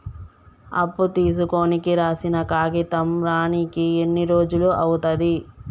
అప్పు తీసుకోనికి రాసిన కాగితం రానీకి ఎన్ని రోజులు అవుతది?